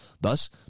Thus